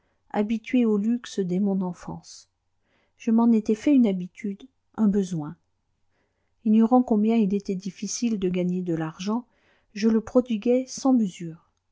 habitué au luxe dès mon enfance je m'en étais fait une habitude un besoin ignorant combien il était difficile de gagner de l'argent je le prodiguais sans mesure